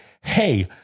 hey